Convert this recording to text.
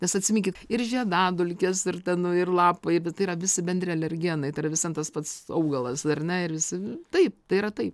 nes atsiminkit ir žiedadulkės ir ten nu ir lapai bet tai yra visi bendri alergenai tai yra vis vien tas pats augalas ar ne ir vis taip tai yra taip